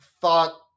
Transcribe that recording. thought